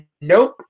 nope